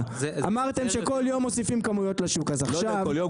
אמרתם שכל יום מוסיפים כמויות לשוק -- כל יום,